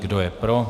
Kdo je pro?